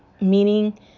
meaning